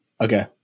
Okay